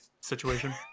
situation